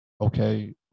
okay